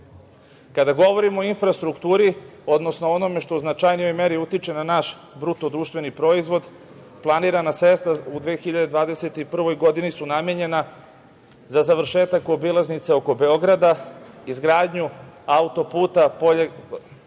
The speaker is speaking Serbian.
pad. Kada govorimo o infrastrukturi, odnosno onome što u značajnijoj meri utiče na naš BDP, planirana sredstva u 2021. godini su namenjena za završetak obilaznice oko Beograda, izgradnju autoputa